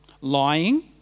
lying